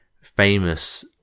famous